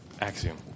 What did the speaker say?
axiom